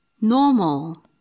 Normal